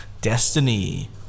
Destiny